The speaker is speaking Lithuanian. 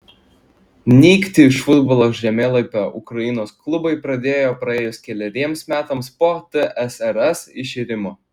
nykti iš futbolo žemėlapio ukrainos klubai pradėjo praėjus keleriems metams po tsrs iširimo